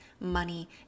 money